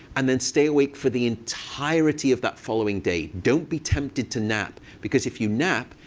and then stay awake for the entirety of that following day. don't be tempted to nap. because if you nap,